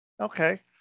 Okay